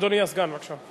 אדוני הסגן, בבקשה.